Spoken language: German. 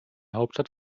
hauptstadt